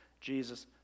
Jesus